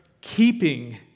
keeping